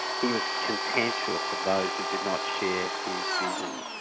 he was contemptuous of those who did not share his vision.